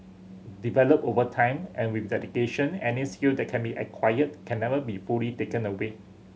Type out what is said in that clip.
developed over time and with dedication any skill that can be acquired can never be fully taken away